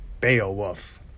Beowulf